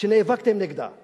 שנאבקתם נגדה;